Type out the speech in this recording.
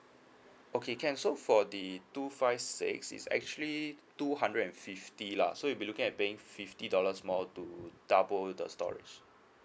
okay can so for the two five six is actually two hundred and fifty lah so you'll be looking paying fifty dollars more to double the storage